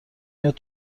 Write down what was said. میاد